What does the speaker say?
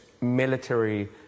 military